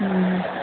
ہوں